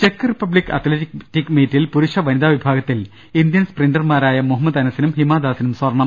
check Republic athletic മീറ്റിൽ പുരുഷ വനിതാ വിഭാ ഗത്തിൽ ഇന്ത്യൻ സ്പ്രിന്റർമാരായ മുഹമ്മദ് അനസിനും ഹിമ ദാസിനും സ്വർണ്ണം